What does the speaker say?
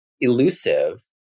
elusive